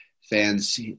fans